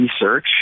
research